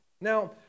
Now